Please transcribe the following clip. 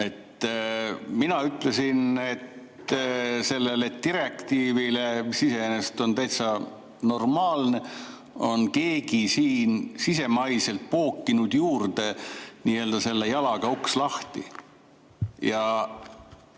Mina ütlesin, et sellele direktiivile, mis iseenesest on täitsa normaalne, on keegi siin sisemaiselt pookinud juurde selle "jalaga uks lahti".